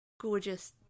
gorgeous